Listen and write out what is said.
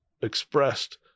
expressed